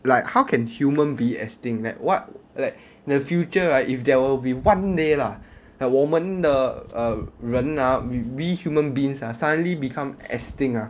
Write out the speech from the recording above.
like how can human be extinct like what like the future ah if there will be one day lah like 我们的人 ah we human beings ah suddenly become extinct ah